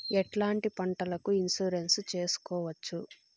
ఎట్లాంటి పంటలకు ఇన్సూరెన్సు చేసుకోవచ్చు?